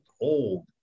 old